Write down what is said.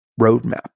roadmap